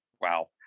wow